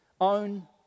own